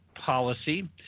policy